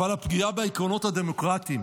אבל הפגיעה בעקרונות הדמוקרטיים,